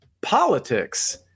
politics